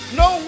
no